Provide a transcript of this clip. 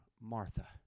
martha